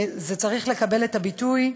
זה צריך לקבל ביטוי,